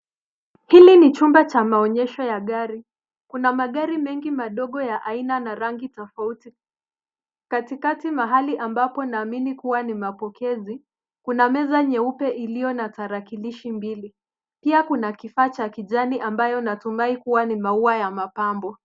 Hili ni chumba cha maonyesho ya gari. Kuna magari mengi madogo ya aina na rangi tofauti. Katikati mahali ambapo naamini kuwa ni mapokezi kuna meza nyeupe iliyo na tarakilishi mbili, pia kuna kifaa cha kijani ambayo natumai kuwa ni maua ya mapambo.